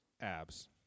abs